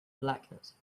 blackness